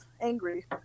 angry